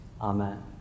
Amen